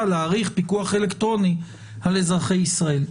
להאריך פיקוח אלקטרוני על אזרחי ישראל.